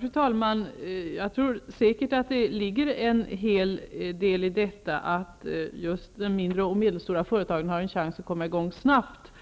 Fru talman! Säkert ligger det en hel del i detta att just de mindre och medelstora företagen har en chans att komma i gång snabbt.